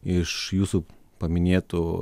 iš jūsų paminėtų